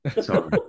Sorry